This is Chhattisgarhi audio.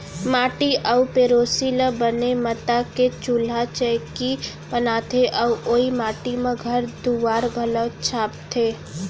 माटी अउ पेरोसी ल बने मता के चूल्हा चैकी बनाथे अउ ओइ माटी म घर दुआर घलौ छाबथें